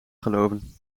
geloven